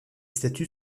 statues